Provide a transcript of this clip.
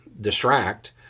distract